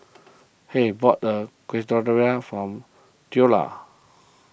Hays bought the Quesadillas from theola